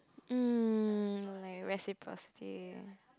mm like reciprocity